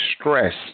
stress